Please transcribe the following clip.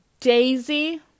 Daisy